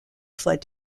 fled